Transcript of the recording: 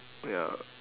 oh ya